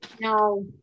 No